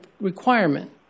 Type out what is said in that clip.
requirement